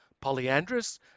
polyandrous